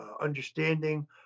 understanding